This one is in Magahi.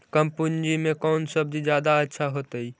कम पूंजी में कौन सब्ज़ी जादा अच्छा होतई?